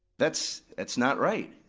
that's that's not right.